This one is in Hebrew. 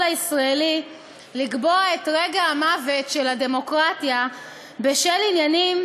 הישראלי לקבוע את רגע המוות של הדמוקרטיה בשל עניינים